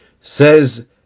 says